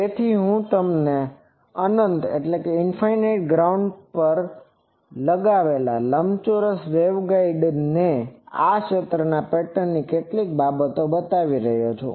તેથી હું તમને અનંત ગ્રાઉન્ડ પ્લેન પર લગાવેલા લંબચોરસ વેવગાઇડની આ ક્ષેત્રના પેટર્નની કેટલીક બાબતો બતાવી શકું છું